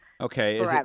Okay